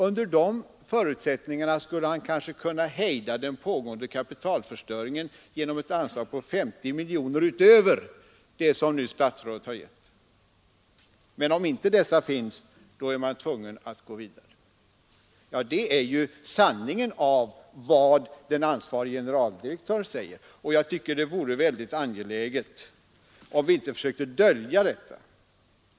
Under dessa förutsättningar skulle han kanske kunna hejda den pågående kapitalförstöringen genom ett anslag på 50 miljoner utöver det som statsrådet nu har föreslagit. Men om dessa förutsättningar inte finns, skulle ännu mer pengar behövas. Det är sanningen om vad den ansvarige generaldirektören säger, och jag tycker det är angeläget att vi inte försöker dölja detta.